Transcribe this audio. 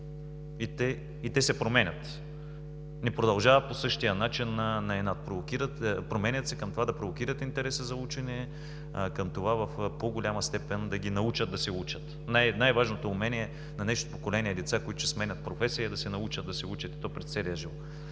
и те се променят, не продължават по същия начин. Променят се към това да провокират интереса за учене, към това в по-голяма степен да ги научат да се учат. Най важното умение на днешното поколение деца, които ще сменят професия, е да се научат да се учат, и то през целия живот.